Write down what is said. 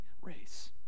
race